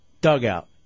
Dugout